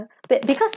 but because